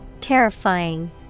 Terrifying